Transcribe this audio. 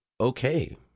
okay